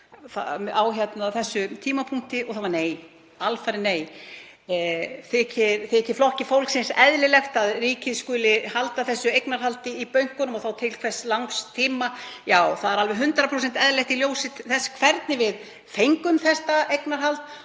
á þessum tímapunkti, og það er alfarið nei. Þykir Flokki fólksins eðlilegt að ríkið haldi þessu eignarhaldi í bönkunum og þá til hve langs tíma? Já, það er alveg 100% eðlilegt í ljósi þess hvernig við fengum þetta eignarhald